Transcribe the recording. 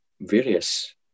various